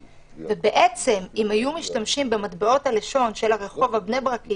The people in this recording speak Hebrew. ובעצם אם היו משתמשים במטבעות הלשון של הרחוב בבני ברק,